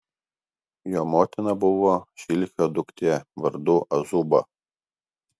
jo motina buvo šilhio duktė vardu azuba